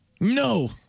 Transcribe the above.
No